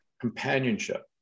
companionship